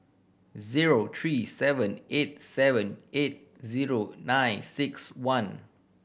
zero three seven eight seven eight zero nine six one